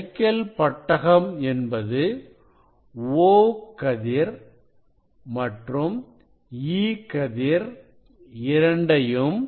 Nicol பட்டகம் என்பது O கதிர் மற்றும் E கதிர் இரண்டையும்